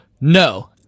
No